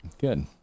Good